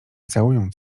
całując